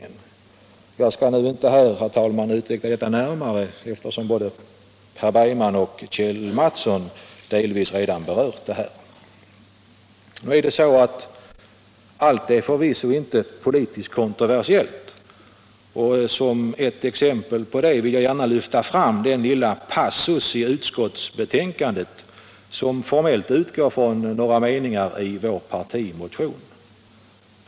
Men jag skall inte, herr talman, närmare utveckla detta, eftersom både Per Bergman och Kjell Mattsson delvis redan berört det. Allt är förvisso inte politiskt kontroversiellt. Som ett exempel på det vill jag gärna lyfta fram den lilla passus i utskottsbetänkandet som formellt utgår från några meningar i vår partimotion.